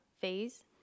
phase